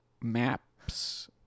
maps